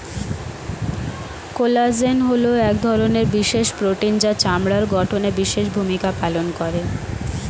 collagen হলো এক ধরনের বিশেষ প্রোটিন যা চামড়ার গঠনে বিশেষ ভূমিকা পালন করে